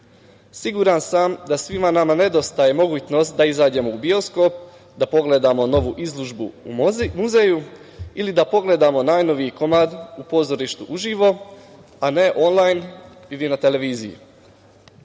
kulturu. Siguran sam da svima nama nedostaje mogućnost da izađemo u bioskop, da pogledamo novu izložbu u muzeju ili da pogledamo najnoviji komad u pozorištu uživo, a ne onlajn ili na televiziji. Ovde